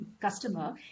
customer